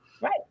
Right